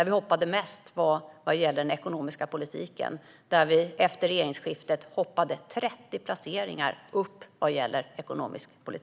Vi hoppade allra mest gällande den ekonomiska politiken där vi hoppade upp 30 placeringar efter regeringsskiftet.